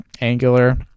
angular